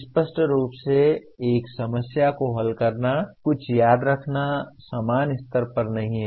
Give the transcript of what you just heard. स्पष्ट रूप से एक समस्या को हल करना कुछ याद रखना समान स्तर पर नहीं है